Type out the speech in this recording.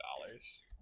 dollars